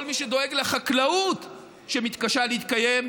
כל מי שדואג לחקלאות שמתקשה להתקיים,